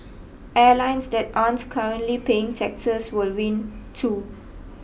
airlines that aren't currently paying taxes will win too